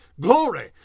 Glory